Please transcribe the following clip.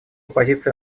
позиция